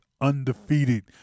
Undefeated